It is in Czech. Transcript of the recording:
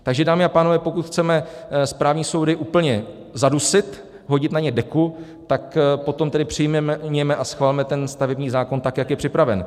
Takže dámy a pánové, pokud chceme správní soudy úplně zadusit, hodit na ně deku, tak potom přijměme a schvalme ten stavební zákon tak, jak je připraven.